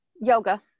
yoga